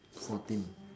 fourteen